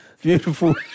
Beautiful